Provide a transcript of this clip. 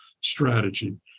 strategy